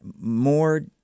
more